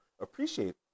appreciate